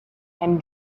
and